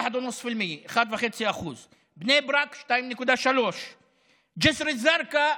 1.5%; בני ברק, 2.3%; ג'יסר א-זרקא,